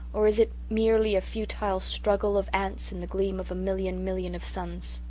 or is it merely a futile struggle of ants in the gleam of a million million of suns?